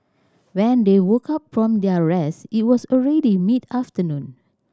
when they woke up from their rest it was already mid afternoon